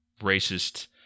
racist